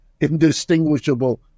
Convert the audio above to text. indistinguishable